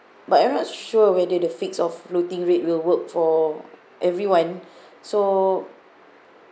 but I'm not sure whether the fix of floating rate will work for everyone so